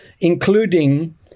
including